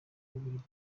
bubiligi